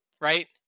right